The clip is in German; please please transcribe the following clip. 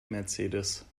mercedes